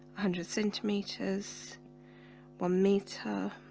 hundred centimeters one meter